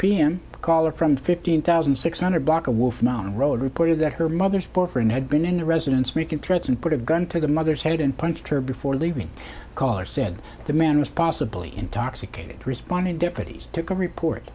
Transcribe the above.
caller from fifteen thousand six hundred block of wolf mountain road reported that her mother's boyfriend had been in the residence making threats and put a gun to the mother's head and punched her before leaving callers said the man was possibly intoxicated responding deputies took a report